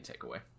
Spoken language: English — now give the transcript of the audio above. takeaway